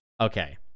Okay